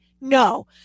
no